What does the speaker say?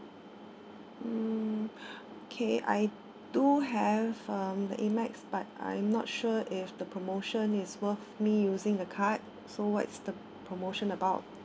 mm okay I do have um the amex but I'm not sure if the promotion is worth me using the card so what's the promotion about